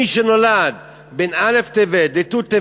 מי שנולד בין א' בטבת לט"ו בטבת,